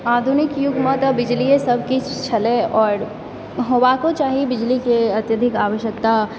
आधुनिक युगमे तऽ बिजलीए सभ किछु छलय आओर होबाको चाही बिजलीके अत्यधिक आवश्यकता